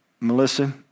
Melissa